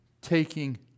taking